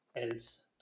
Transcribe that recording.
else